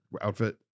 outfit